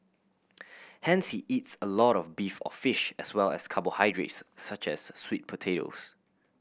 hence he eats a lot of beef or fish as well as carbohydrates such as sweet